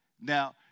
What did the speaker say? Now